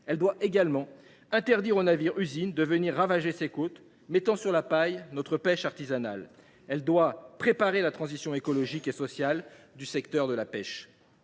Elle doit également interdire aux navires usines de venir ravager ses côtes et de mettre ainsi sur la paille notre pêche artisanale. Elle doit préparer la transition écologique et sociale du secteur de la pêche.